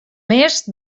més